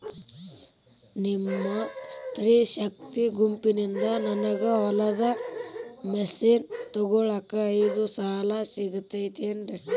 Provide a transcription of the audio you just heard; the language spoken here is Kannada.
ನಿಮ್ಮ ಸ್ತ್ರೇ ಶಕ್ತಿ ಗುಂಪಿನಿಂದ ನನಗ ಹೊಲಗಿ ಮಷೇನ್ ತೊಗೋಳಾಕ್ ಐದು ಸಾಲ ಸಿಗತೈತೇನ್ರಿ?